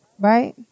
right